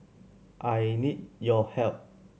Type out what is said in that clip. I need your help